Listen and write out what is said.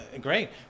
great